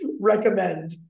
recommend